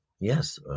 yes